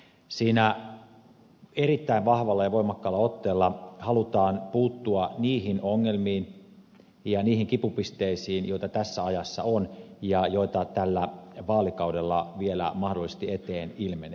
siinä erittäin vahvalla ja voimakkaalla otteella halutaan puuttua niihin ongelmiin ja niihin kipupisteisiin joita tässä ajassa on ja joita tällä vaalikaudella vielä mahdollisesti ilmenee